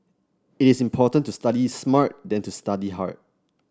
it is important to study smart than to study hard